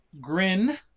Grin